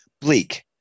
bleak